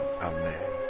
amen